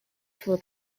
for